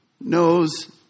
knows